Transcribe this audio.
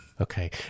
Okay